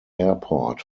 airport